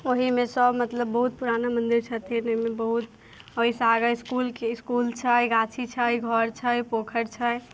ओहहिमे सब मतलब बहुत पुराना मन्दिर छथिन ओहिसँ आगा इसकुलके इसकुल छइ गाछी छइ घर छइ पोखरि छै